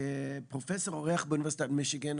כפרופסור אורח באוניברסיטת מישיגן,